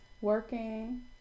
working